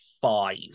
five